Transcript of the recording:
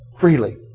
Freely